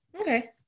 Okay